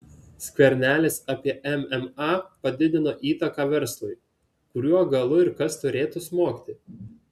skvernelis apie mma padidinimo įtaką verslui kuriuo galu ir kas turėtų smogti